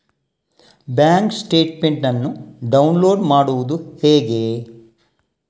Bank statement ಅನ್ನು download ಮಾಡುವುದು ಹೇಗೆ?